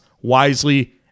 wisely